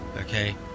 Okay